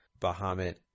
Bahamut